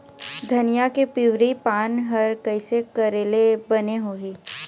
धनिया के पिवरी पान हर कइसे करेले बने होही?